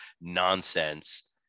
nonsense